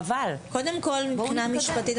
חבל, בואו נתקדם.